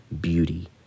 beauty